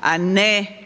a ne